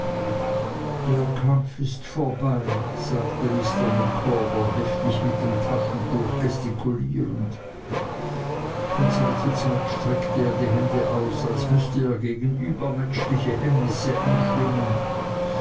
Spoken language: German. der kampf ist vorbei sagte mr micawber heftig mit dem taschentuch gestikulierend von zeit zu zeit streckte er die hände aus als müßte er gegen übermenschliche hemmnisse anschwimmen